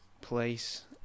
place